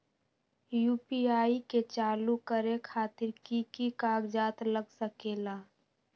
UPI के चालु करे खातीर कि की कागज़ात लग सकेला?